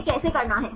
यह कैसे करना है